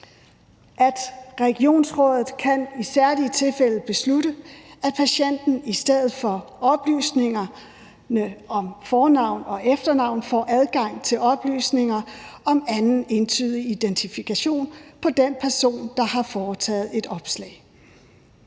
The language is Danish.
at regionsrådet i særlige tilfælde kan beslutte, at patienten i stedet for oplysninger om fornavn og efternavn får adgang til oplysninger om anden entydig identifikation på den person, der har foretaget et opslag.